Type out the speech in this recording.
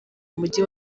mujyi